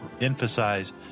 emphasize